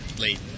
late